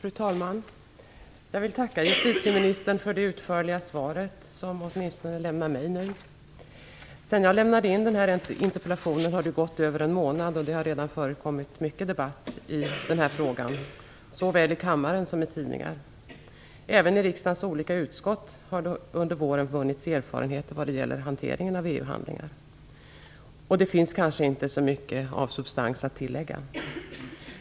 Fru talman! Jag vill tacka justitieministern för det utförliga svar som ministern nu lämnat mig. Sedan jag lämnade in den här interpellationen har det gått över en månad, och det har redan förekommit mycket debatt i den här frågan, såväl i kammaren som i tidningar. Även i riksdagens olika utskott har det under våren vunnits erfarenheter vad gäller hanteringen av EU handlingar. Det finns kanske inte så mycket av substans att tillägga.